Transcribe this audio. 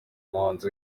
umuhanzi